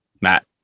Matt